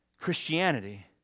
Christianity